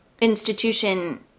institution